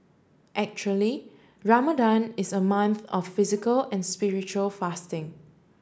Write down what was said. actually Ramadan is a month of physical and spiritual fasting